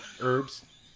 herbs